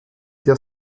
der